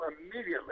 immediately